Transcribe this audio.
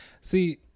see